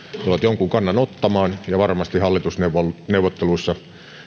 tulevat jonkun kannan ottamaan ja varmasti hallitusneuvotteluissa